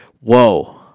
Whoa